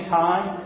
time